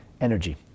energy